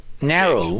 narrow